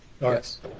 Yes